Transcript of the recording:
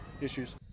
issues